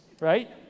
right